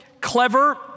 clever